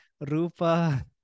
Rupa